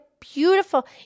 beautiful